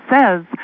says